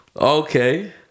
okay